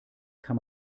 kann